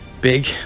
big